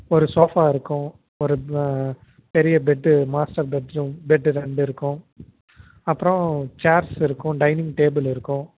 ஒரு சோஃபா இருக்கும் ஒரு பெரிய bed master bedroom bed ரெண்டு இருக்கும் அப்புறம் சேர்ஸ் இருக்கும் டைனிங் டேபிள் இருக்கும்